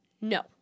no